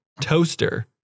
Toaster